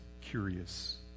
curious